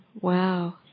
Wow